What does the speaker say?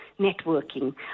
networking